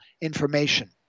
information